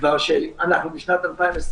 כשאנחנו כבר בשנת 2021